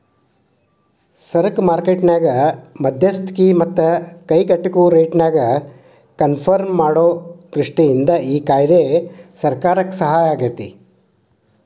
ಸರಕ ಮಾರ್ಕೆಟ್ ನ್ಯಾಗ ಮಧ್ಯಸ್ತಿಕಿ ಮತ್ತ ಕೈಗೆಟುಕುವ ರೇಟ್ನ್ಯಾಗ ಕನ್ಪರ್ಮ್ ಮಾಡೊ ದೃಷ್ಟಿಯಿಂದ ಈ ಕಾಯ್ದೆ ಸರ್ಕಾರಕ್ಕೆ ಸಹಾಯಾಗೇತಿ